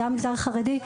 מהמגזר החרדי.